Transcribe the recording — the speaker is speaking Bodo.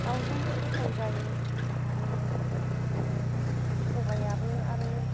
दाउजोंबो गोथाव जायो आरो साबायाबो आरो